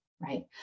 right